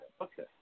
Okay